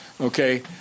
Okay